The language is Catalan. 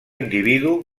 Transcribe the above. individu